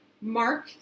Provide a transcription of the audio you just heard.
Mark